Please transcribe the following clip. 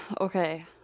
Okay